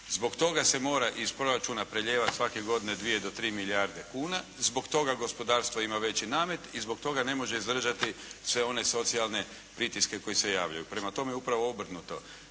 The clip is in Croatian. Zbog toga se mora iz proračuna prelijevati svake godine dvije do tri milijarde kuna. Zbog toga gospodarstvo ima veći namet i zbog toga ne može izdržati sve one socijalne pritiske koji se javljaju. Prema tome, upravo obrnuto.